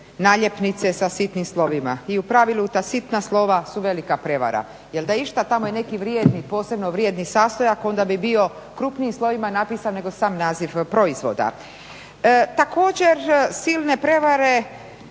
naljepnice sa sitnim slovima i u pravilu ta sitna slova su velika prevara jer da je išta, tamo je neki posebno vrijedni sastojak onda bi bio krupnijim slovima napisan nego sam naziv proizvoda. Također silne prevare